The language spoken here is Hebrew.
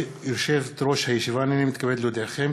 הנני מתכבד להודיעכם,